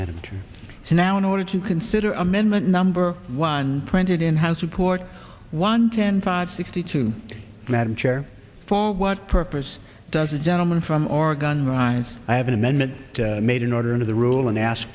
and so now in order to consider amendment number one printed in house report one ten five sixty two madam chair for what purpose does the gentleman from oregon writes i have an amendment made an order to the rule and ask